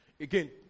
Again